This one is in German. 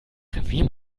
revier